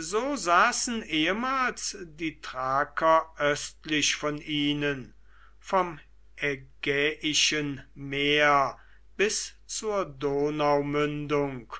so saßen ehemals die thraker östlich von ihnen vom ägäischen meer bis zur donaumündung